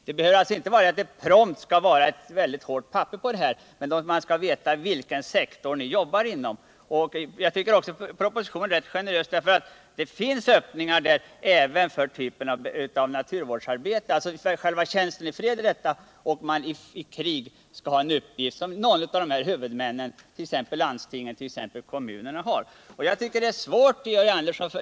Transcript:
Det behöver inte prompt vara ett hårt utformat papper på detta, men man skall veta vilken sektor man jobbar inom. Det finns öppningar i den även för naturvårdsarbete. Man skall i krig ha en uppgift som någon av huvudmännen, exempelvis landstinget eller kommunen, står för.